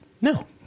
No